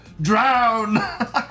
Drown